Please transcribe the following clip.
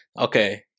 Okay